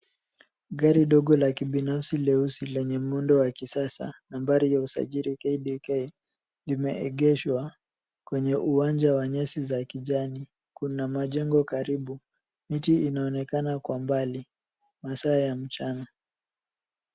Gari ndogo la kibinafsi leusi lenye muundo wa kisasa, nambari ya usajili KDK limeegeshwa kwenye uwanja wa nyasi za kijani Kuna majengo karibu .Miti inaonekana kwa mbali masaa ya mchana .